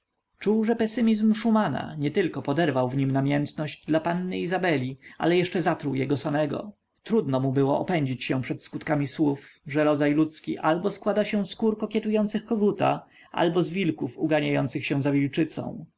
czuł że pesymizm szumana nietylko poderwał w nim namiętność dla panny izabeli ale jeszcze zatruł jego samego trudno mu było opędzić się przed skutkami słów że rodzaj ludzki albo składa się z kur kokietujących koguta albo z wilków uganiających się za wilczycą